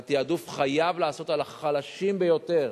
והתעדוף חייב להיעשות על החלשים ביותר,